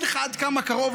ואגיד לך עד כמה קרוב,